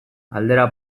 galdera